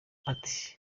ati